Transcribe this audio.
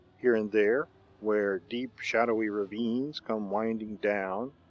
here and there, where deep, shadowy ravines come winding down,